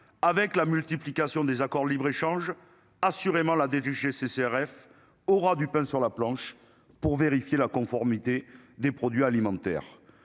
avec la multiplication des accords de libre-échange assurément là des DGCCRF aura du pain sur la planche pour vérifier la conformité des produits alimentaires,